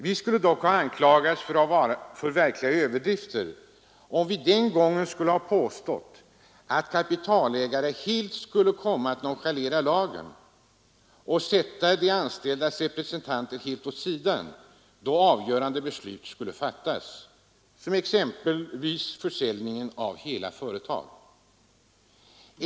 Vi skulle dock ha anklagats för verkliga överdrifter om vi den gången hade påstått att kapitalägare skulle komma att nonchalera lagen och sätta de anställdas representanter helt åt sidan då avgörande beslut skulle fattas, exempelvis om försäljning av hela företag.